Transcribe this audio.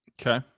Okay